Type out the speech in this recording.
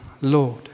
Lord